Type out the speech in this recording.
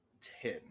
ten